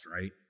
right